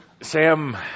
Sam